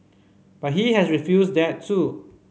but he has refused that too